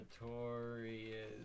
Notorious